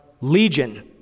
legion